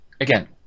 again